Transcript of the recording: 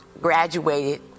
graduated